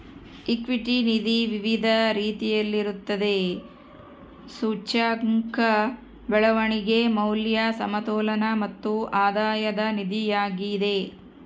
equity ನಿಧಿ ವಿವಿಧ ರೀತಿಯಲ್ಲಿರುತ್ತದೆ, ಸೂಚ್ಯಂಕ, ಬೆಳವಣಿಗೆ, ಮೌಲ್ಯ, ಸಮತೋಲನ ಮತ್ತು ಆಧಾಯದ ನಿಧಿಯಾಗಿದೆ